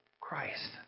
Christ